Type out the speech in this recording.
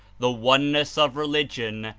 the oneness of religion,